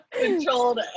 Controlled